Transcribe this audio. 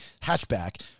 hatchback